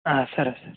ಹಾಂ ಸರಿ ಸರಿ